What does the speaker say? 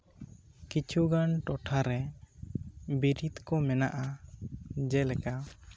ᱠᱤᱪᱷᱩᱜᱟᱱ ᱴᱚᱴᱷᱟ ᱨᱮ ᱵᱤᱨᱤᱫ ᱠᱚ ᱢᱮᱱᱟᱜᱼᱟ ᱡᱮᱞᱮᱠᱟ